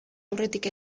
aurretik